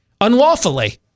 unlawfully